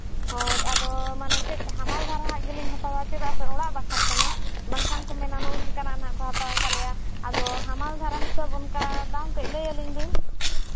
ᱦᱳᱭ ᱟᱫᱚ ᱢᱟᱱᱮ ᱠᱟᱹᱡ ᱦᱟᱢᱟᱞ ᱫᱷᱟᱨᱟ ᱦᱟᱸᱜ ᱜᱮᱞᱤᱧ ᱦᱟᱛᱟᱣᱟ ᱪᱮᱫᱟᱜ ᱥᱮ ᱚᱲᱟᱜ ᱵᱟᱠᱷᱨᱟ ᱠᱟᱱᱟ ᱵᱟᱝᱠᱷᱟᱱ ᱠᱚ ᱢᱮᱱᱟ ᱱᱚᱜᱼᱚᱸᱭ ᱱᱚᱝᱠᱟᱱᱟᱜ ᱠᱚ ᱦᱟᱛᱟᱣ ᱠᱟᱫ ᱞᱮᱭᱟ ᱟᱫᱚ ᱦᱟᱢᱟᱞ ᱫᱷᱟᱨᱟ ᱦᱤᱥᱟᱹᱵᱽ ᱚᱱᱠᱟ ᱫᱟᱢ ᱠᱟᱹᱡ ᱞᱟᱹᱭᱟᱞᱤᱧ ᱵᱤᱱ